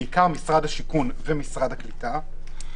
בעיקר משרד השיכון ומשרד הקליטה.